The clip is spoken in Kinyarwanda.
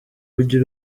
ujya